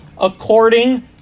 according